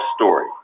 story